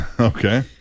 Okay